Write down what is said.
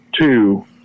two